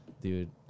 Dude